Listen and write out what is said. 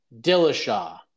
Dillashaw